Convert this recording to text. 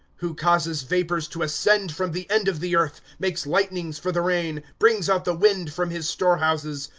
who causes vapors to ascend from the end of the earth, makes lightnings for the rain, brings out the wind from his storehouses.